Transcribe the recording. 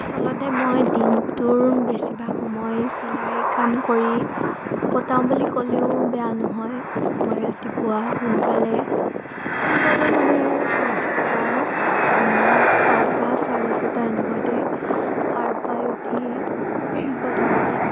আচলতে মই দিনটোৰ বেছিভাগ সময় চিলাই কাম কৰি কটাওঁ বুলি ক'লেও বেয়া নহয় মই ৰাতিপুৱা সোনকালে সোনকালে মানে পাঁচটা ছটা চাৰে ছটা এনেকুৱাতে সাৰ পাই উঠি প্ৰথমতে